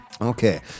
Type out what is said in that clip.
Okay